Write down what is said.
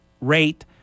rate